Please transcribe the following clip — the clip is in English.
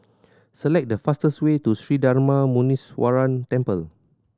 select the fastest way to Sri Darma Muneeswaran Temple